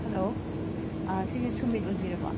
hello ꯑꯁꯤꯁꯦ ꯁꯨꯃꯤꯠ ꯑꯣꯏꯕꯤꯔꯕꯣ